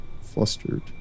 flustered